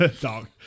Dog